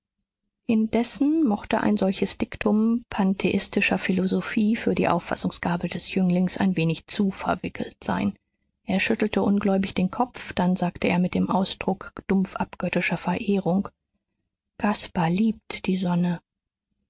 indessen mochte ein solches diktum pantheistischer philosophie für die auffassungsgabe des jünglings ein wenig zu verwickelt sein er schüttelte ungläubig den kopf dann sagte er mit dem ausdruck dumpf abgöttischer verehrung caspar liebt die sonne